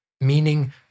Meaning